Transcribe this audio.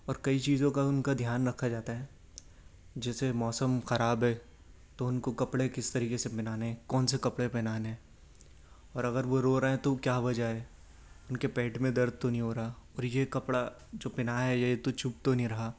اور کئی چیزوں کا ان کا دھیان رکھا جاتا ہے جیسے موسم خراب ہے تو ان کو کپڑے کس طریقے سے پہنانے ہیں کون سے کپڑے پہنانے ہیں اور اگر وہ رو رہے ہیں تو کیا وجہ ہے ان کے پیٹ میں درد تو نہیں ہو رہا اور یہ کپڑا جو پہنایا ہے یہ تو چبھ تو نہیں رہا